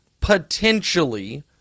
potentially